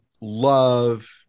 love